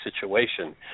situation